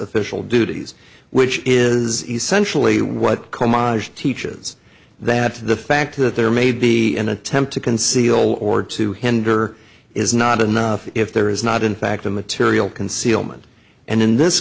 official duties which is essentially what teaches that the fact that there may be an attempt to conceal or to hinder is not enough if there is not in fact a material concealment and in this